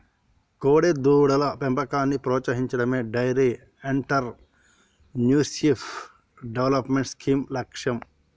కోడెదూడల పెంపకాన్ని ప్రోత్సహించడమే డెయిరీ ఎంటర్ప్రెన్యూర్షిప్ డెవలప్మెంట్ స్కీమ్ లక్ష్యం